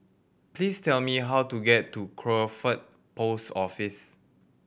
please tell me how to get to Crawford Post Office